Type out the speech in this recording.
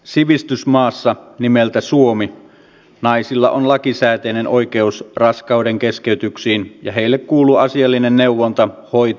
sivistysmaassa nimeltä suomi naisilla on lakisääteinen oikeus raskaudenkeskeytyksiin ja heille kuuluu asiallinen neuvonta hoito ja ohjaus